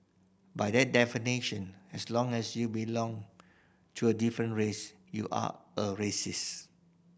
by that definition as long as you belong to a different race you are a racist